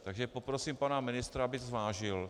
Takže poprosím pana ministra, aby to zvážil.